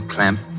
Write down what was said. Clamp